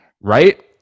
Right